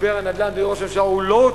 משבר הנדל"ן, אדוני ראש הממשלה, הוא low-tech.